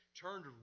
turned